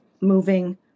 moving